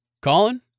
colin